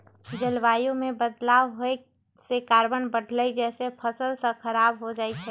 जलवायु में बदलाव होए से कार्बन बढ़लई जेसे फसल स खराब हो जाई छई